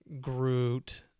Groot